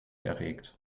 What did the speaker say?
erregt